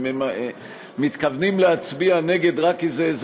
אם הם מתכוונים להצביע נגד רק כי זה איזה